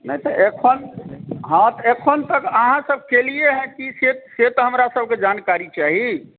नहि तऽ एखन हँ तऽ एखन तक अहाँ सब कयलियै हँ की से तऽ हमरा सबकेँ जानकारी चाही